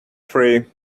free